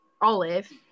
Olive